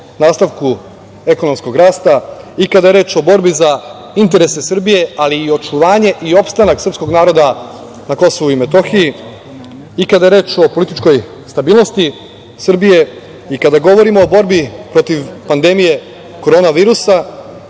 nastavku ekonomskog rasta i kada je reč o borbi za interese Srbije, ali i očuvanje i opstanak srpskog naroda na KiM, i kada je reč o političkoj stabilnosti Srbije, i kada govorimo o borbi protiv pandemije Korona virusa